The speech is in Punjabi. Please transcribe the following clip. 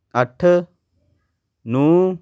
ਅੱਠ ਨੂੰ